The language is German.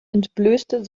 entblößte